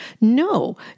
No